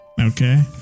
Okay